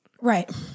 right